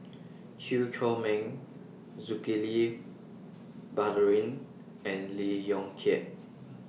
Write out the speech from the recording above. Chew Chor Meng Zulkifli Baharudin and Lee Yong Kiat